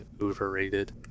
overrated